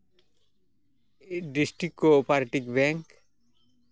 district co-operative bank